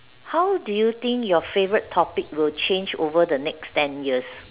how do you think your favourite topic will change over the next ten years